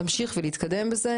אני מסיימת ואני הולכת.